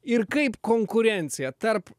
ir kaip konkurencija tarp